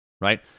right